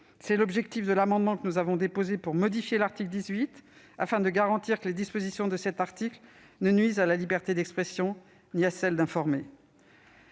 C'est l'objectif de l'amendement que nous avons déposé pour modifier l'article 18, et ce afin de garantir que ses dispositions ne nuisent ni à la liberté d'expression ni à celle d'informer.